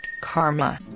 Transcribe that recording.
karma